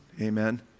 amen